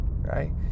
right